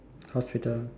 how's freedom